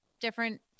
different